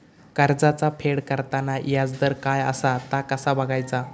कर्जाचा फेड करताना याजदर काय असा ता कसा बगायचा?